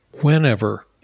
whenever